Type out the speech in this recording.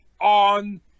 on